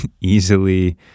easily